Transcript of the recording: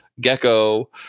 gecko